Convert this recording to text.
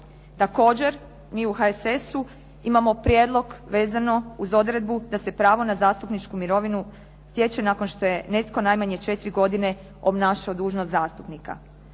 Također, mi u HSS-u imamo prijedlog vezano uz odredbu da se pravo na zastupničku mirovinu stječe nakon što je netko najmanje četiri godine obnašao dužnost zastupnika.